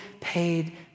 paid